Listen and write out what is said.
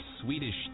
Swedish